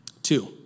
two